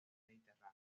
mediterráneo